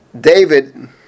David